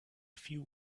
few